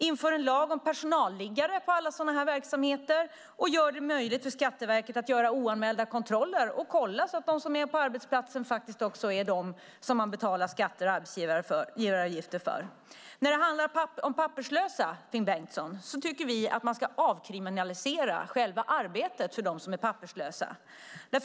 Inför en lag om personalliggare på alla sådana här verksamheter, och gör det möjligt för Skatteverket att göra oanmälda kontroller och kolla så att de som är på arbetsplatsen också är de som man betalar skatter och arbetsgivaravgifter för! Finn Bengtsson frågar om papperslösa. Vi vill att man ska avkriminalisera arbetet för dem som är papperslösa.